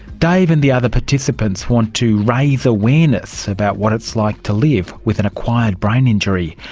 dave and the other participants want to raise awareness about what it's like to live with an acquired brain injury,